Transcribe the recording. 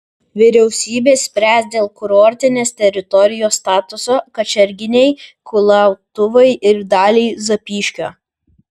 vyriausybė spręs dėl kurortinės teritorijos statuso kačerginei kulautuvai ir daliai zapyškio